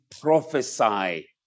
prophesy